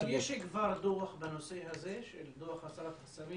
אבל כבר יש דוח בנושא הזה, דוח הסרת חסמים